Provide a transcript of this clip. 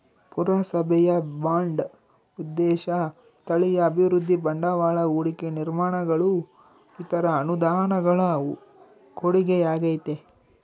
ಪುರಸಭೆಯ ಬಾಂಡ್ ಉದ್ದೇಶ ಸ್ಥಳೀಯ ಅಭಿವೃದ್ಧಿ ಬಂಡವಾಳ ಹೂಡಿಕೆ ನಿರ್ಮಾಣಗಳು ಇತರ ಅನುದಾನಗಳ ಕೊಡುಗೆಯಾಗೈತೆ